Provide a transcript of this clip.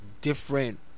different